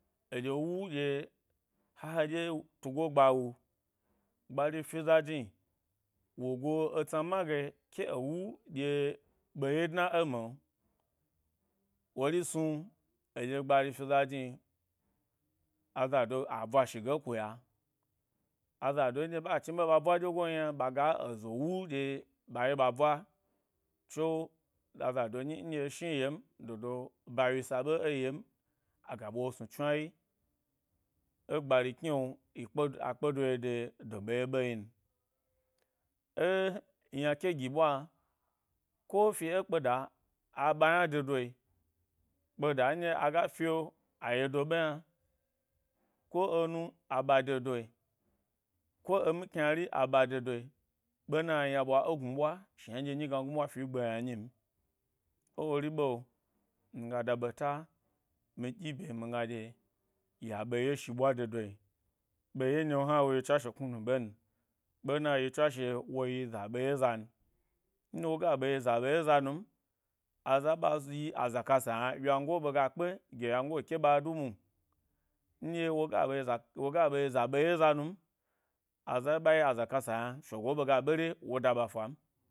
Wu ɗye, ha heɗye tugo gba wu gbari fi za jni wo go esna ma g eke ewu dye ɓe ye dna emi’o, wori snu gbari fi za jni, aza do a ɓwa shi ge e kuya, azado nɗye chni ɓe ɓa bwa ɗyen yna ɓaga ezo wu ɗye-ɓa ye ɓa ɓwa tso, aza do ny nɗye eshni ye m, dodo ba wyi sa be ẻ ye m aga bwa wo snu tswnawyi. E gbari kni’o yi a kpe do ye de do ɓe ye ɓe yin. E yna ke gi ɓwa ko fi ẻ kpada a ɓa ‘yna de doyi kpoeda nɗye aga fyo- a yedo ɓe yna ko enu-, a ɓa de doe, ko e mi kynari a-ɓa de doe, ɓena yna ɓwa e gnu bwa shna nɗye nyi gna gnubwa fi egbe yna nyim. Ewori ɓe, nga da ɓeta mi ɗyi bye mi gna ɗye ya ɓe ye shi ɓw de doei, ɓeye nɗye wo hna wo tswashe knunu ɓen ɓena yi tswashe woyi za ɓe ye zan, nɗye wo ga ɓe yi za ɓe ye zan, nɗye wo ga ɓe yi za ɓe zan nɗye wo ga ɓe yi za ɓe ye za za num aza ɓa yi-aza kasa yna wyango ɓega kpe ɗye yango ke ba du mwo, nɗye woga ɓe za woga ɓeyi za ɓe ye zanu m, aza ɓa yi aza kasa yna shego ɓega ɓere, wo da ɓa fam.